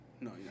No